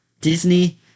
Disney